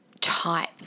Type